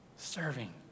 Serving